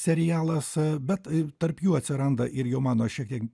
serialas bet tarp jų atsiranda ir jau mano šiek tiek